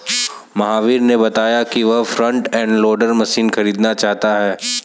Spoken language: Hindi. महावीर ने बताया कि वह फ्रंट एंड लोडर मशीन खरीदना चाहता है